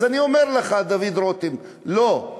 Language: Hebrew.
אז אני אומר לך, דוד רותם, לא.